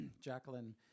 Jacqueline